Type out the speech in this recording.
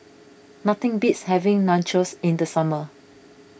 nothing beats having Nachos in the summer